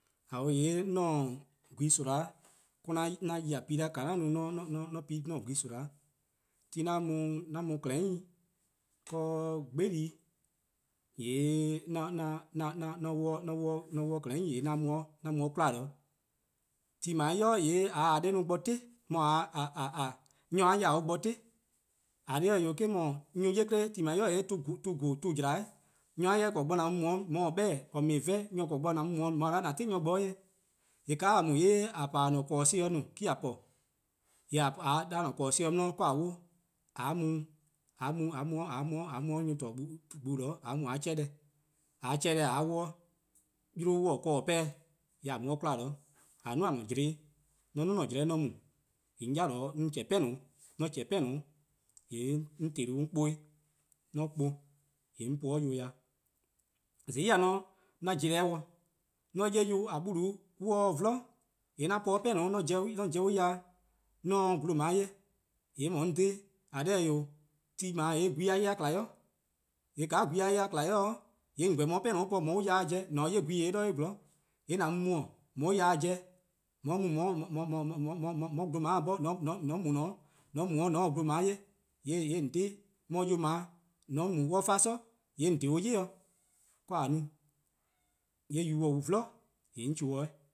:Ao' :yee' 'an-a' gwehn soma' or-: 'an 'yi pi 'da ;ka 'an no-a 'an pi 'an-a' gwehn soma', ti 'an mu-a :zuku'-' 'de 'gbe 'di, :yee, :mor 'on 'wluh :suku'-' :yee' 'an mu 'de 'kwla, 'de ti :dao' bo :yee' :a se-a 'di 'i bo 'ti, :a se nyor-a 'jeh bo 'ti, :eh :korn dhih eh 'wee' :yee' nyor-a 'ye 'kle 'de ti :dao' bo :yee' tuh vorn tuh 'jla-', nyor :or :korn bo :an mu mu-' :mor or 'beh-a 'o :or me-a 'vehn 'de :on 'ye-a :an 'ti or 'nyne-eh:, :yee' :ka :a mu-a :yee' :a po :a-a' tba-son+ 'i me-: :a po, :yee' 'de :a-a' tba-son+-dih 'di 'de :a 'wluh, 'de :a mu 'de nyor+ deh :torne' gbu 'zorn :a mu :a chean' deh, :mor :a chean' deh :a 'wluh 'de, :mor 'yluh taa 'dih 'pehn, :yee' :a mu 'de 'kwla, :a 'duo: :a-a; 'jlehn+-', :mor 'on 'duo: 'an 'jlehn-' 'on mu, :yee' on chehn 'pehluh' :mor 'on chehn 'pehluh', :yee' 'on te-dih-uh 'on kpa-uh, :mor 'on kpa-uh, :yee' 'on po-uh 'de 'yuh ya, :zai 'an pobo-dih, :mor 'on 'ye yuh :noo' on se 'vlu, :yee' an po 'de 'pehluh' 'an pobo 'de on ya, :mor 'on se glomua' 'ye, :yee' :mor 'on dhle, :eh :korn dhih-eh 'de ti :dao 'de :yee' gwehn-a 'ye-a :kma worn, :yee' :ka gwehn-a 'ye-a :kma-a worn-' :yee' :on :korn :on 'ye 'pehluh' po :on 'ye 'de on ya po :mor an 'ye gwehn 'yor-eh 'de on 'zorn, :yee' :an mu mu :on 'ye 'de on ya-dih pobo:, :on 'ye mu :on 'ye glomu-a dih 'bhorn, :mor :on mu 'de 'de :on se glomua' 'ye :yee' :on dhle-', :yee' yuh :dao' :mor on mu 'de on 'fa 'sor :yee' :on dhele-uh 'yli-eh dih, 'ka :a no, :yee' :yuh :on 'vlu-a :yee' 'on chehn-uh.